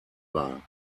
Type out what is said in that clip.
war